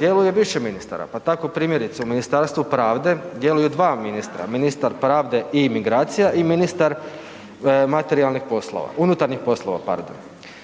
djeluje više ministara pa tako primjerice, u Ministarstvu pravde djeluju 2 ministra, ministar pravde i migracije i ministar materijalnih poslova,